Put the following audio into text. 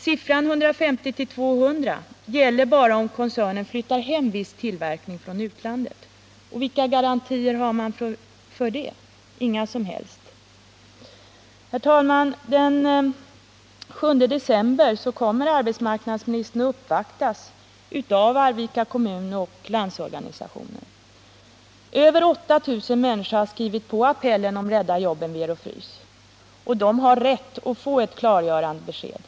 Siffran 150-200 gäller bara om koncernen flyttar hem viss tillverkning från utlandet — och vilka garantier finns för det? Inga som helst. Herr talman! Den 7 december kommer herr Wirtén att uppvaktas av Arvika kommun och Landsorganisationen. Över 8 000 människor har skrivit på appellen om att rädda jobben vid Ero-Frys. De har rätt att få ett klargörande besked.